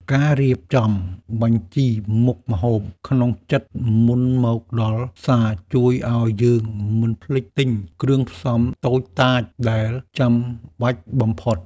ការរៀបចំបញ្ជីមុខម្ហូបក្នុងចិត្តមុនមកដល់ផ្សារជួយឱ្យយើងមិនភ្លេចទិញគ្រឿងផ្សំតូចតាចដែលចាំបាច់បំផុត។